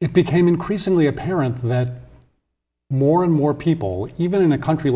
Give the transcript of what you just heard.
it became increasingly apparent that more and more people even in a country